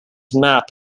map